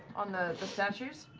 on the the statues?